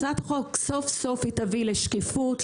הצעת החוק סוף-סוף תביא לשקיפות,